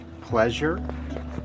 pleasure